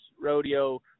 rodeo